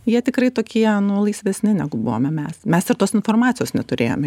jie tikrai tokie nu laisvesni negu buvome mes mes ir tos informacijos neturėjome